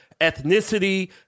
ethnicity